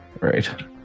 right